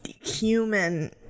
human